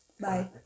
Bye